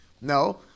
No